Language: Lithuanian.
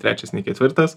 trečias nei ketvirtas